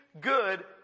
good